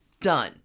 done